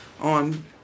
on